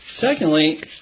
Secondly